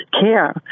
care